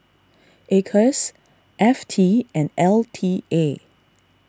Acres F T and L T A